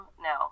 No